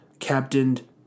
captained